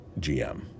GM